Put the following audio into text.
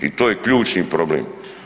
I to je ključni problem.